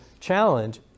challenge